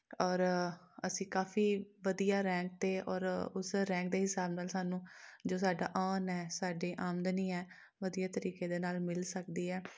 ਔਰ ਅਸੀਂ ਕਾਫੀ ਵਧੀਆ ਰੈਂਕ 'ਤੇ ਔਰ ਉਸ ਰੈਂਕ ਦੇ ਹਿਸਾਬ ਨਾਲ ਸਾਨੂੰ ਜੋ ਸਾਡਾ ਅਰਨ ਹੈ ਸਾਡੀ ਆਮਦਨੀ ਹੈ ਵਧੀਆ ਤਰੀਕੇ ਦੇ ਨਾਲ ਮਿਲ ਸਕਦੀ ਹੈ